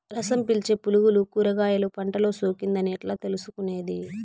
రసం పీల్చే పులుగులు కూరగాయలు పంటలో సోకింది అని ఎట్లా తెలుసుకునేది?